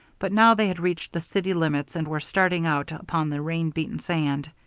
but now they had reached the city limits and were starting out upon the rain-beaten sand.